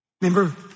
Remember